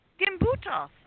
Gimbutas